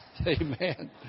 Amen